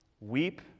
Weep